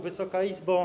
Wysoka Izbo!